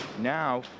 now